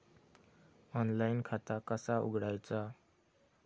Online खाता कसा उघडायचा?